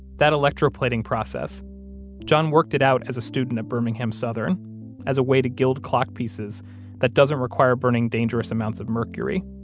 that electroplating process john worked it out as a student at birmingham southern as a way to gild clock pieces that doesn't require burning dangerous amounts of mercury.